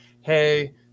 Hey